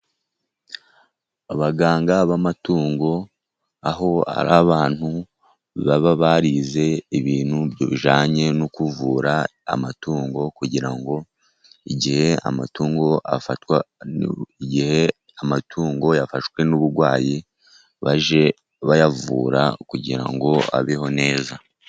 Abaganga b'amatungo aho ari abantu baba barize ibintu bijyanye no kuvura amatungo, kugira ngo igihe amatungo yafashwe n'uburwayi, bajye bayavura kugira ngo abeho neza.